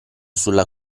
sulla